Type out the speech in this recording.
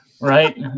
right